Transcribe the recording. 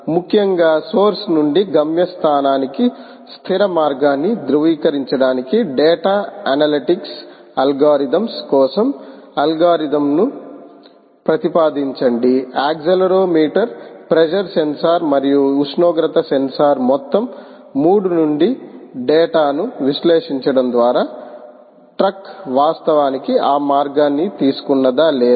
ముఖ్యంగా సోర్స్ నుండి గమ్యస్థానానికి స్థిర మార్గాన్ని ధృవీకరించడానికి డేటా అనలిటిక్స్ అల్గోరిథంల కోసం అల్గోరిథంల ను ప్రతిపాదించండి యాక్సిలెరోమీటర్ ప్రెజర్ సెన్సార్ మరియు ఉష్ణోగ్రత సెన్సార్ మొత్తం 3 నుండి డేటాను విశ్లేషించడం ద్వారా ట్రక్ వాస్తవానికి ఆ మార్గాన్ని తీసుకున్నదా లేదా